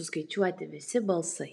suskaičiuoti visi balsai